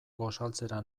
gosaltzera